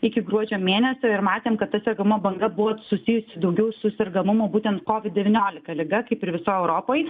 iki gruodžio mėnesio ir matėm kad ta sergamumo banga buvo susijusi daugiau su sergamumu būtent kovid devyniolika liga kaip ir visoj europoj